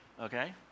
Okay